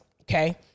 Okay